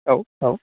औ औ